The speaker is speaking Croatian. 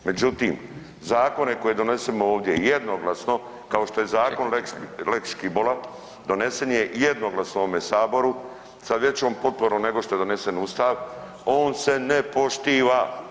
Međutim, zakone koje donosimo ovdje jednoglasno kao što je zakon lex Škibola, donesen je jednoglasno u ovome saboru sa većom potporom nego što je donesen Ustav, on se ne poštiva.